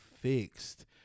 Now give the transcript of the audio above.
fixed